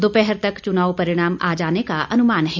दोपहर तक चुनाव परिणाम आ जाने का अनुमान है